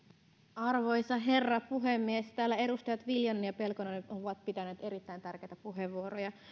arvoisa herra puhemies täällä edustajat viljanen ja pelkonen ovat pitäneet erittäin tärkeitä puheenvuoroja